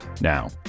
Now